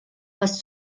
was